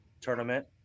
tournament